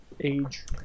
age